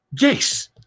Yes